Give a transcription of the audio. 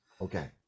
Okay